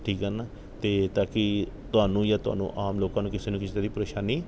ਠੀਕ ਆ ਨਾ ਅਤੇ ਤਾਂ ਕਿ ਤੁਹਾਨੂੰ ਜਾਂ ਤੁਹਾਨੂੰ ਆਮ ਲੋਕਾਂ ਨੂੰ ਕਿਸੇ ਨਾ ਕਿਸੇ ਤਰ੍ਹਾਂ ਦੀ ਪਰੇਸ਼ਾਨੀ